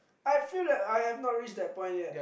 I feel that I have not reach that point yet